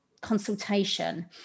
consultation